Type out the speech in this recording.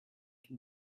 can